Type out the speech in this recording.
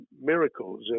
miracles